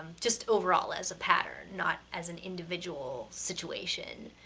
just overall as a pattern, not as an individual situation.